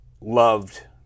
loved